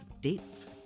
dates